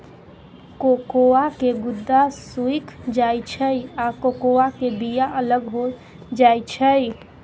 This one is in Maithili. कोकोआ के गुद्दा सुइख जाइ छइ आ कोकोआ के बिया अलग हो जाइ छइ